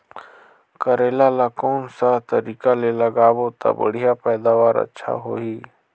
करेला ला कोन सा तरीका ले लगाबो ता बढ़िया पैदावार अच्छा होही?